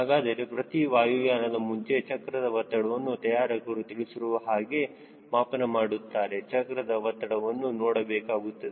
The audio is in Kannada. ಹಾಗಾದರೆ ಪ್ರತಿ ವಾಯುಯಾನದ ಮುಂಚೆ ಚಕ್ರದ ಒತ್ತಡವನ್ನು ತಯಾರಕರು ತಿಳಿಸಿರುವ ಹಾಗೆ ಮಾಪನ ಮಾಡುತ್ತಾರೆ ಚಕ್ರದ ಒತ್ತಡವನ್ನು ನೋಡಬೇಕಾಗುತ್ತದೆ